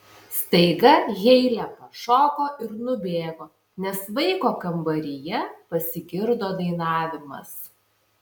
staiga heile pašoko ir nubėgo nes vaiko kambaryje pasigirdo dainavimas